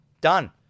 done